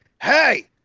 Hey